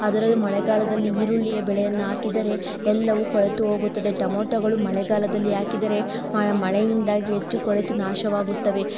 ಅದರಲ್ಲೂ ಮಳೆಗಾಲದಲ್ಲಿ ಈರುಳ್ಳಿಯ ಬೆಳೆಯನ್ನು ಹಾಕಿದರೆ ಎಲ್ಲವೂ ಕೊಳೆತು ಹೋಗುತ್ತದೆ ಟೊಮಾಟೋಗಳು ಮಳೆಗಾಲದಲ್ಲಿ ಹಾಕಿದರೆ ಮ ಮಳೆಯಿಂದಾಗಿ ಹೆಚ್ಚು ಕೊಳೆತು ನಾಶವಾಗುತ್ತವೆ